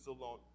alone